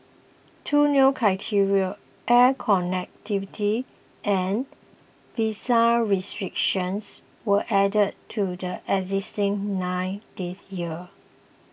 two new criteria air connectivity and visa restrictions were added to the existing nine this year